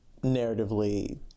narratively